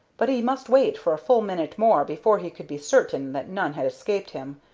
but he must wait for a full minute more before he could be certain that none had escaped him,